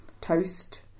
Toast